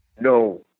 no